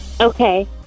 Okay